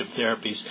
therapies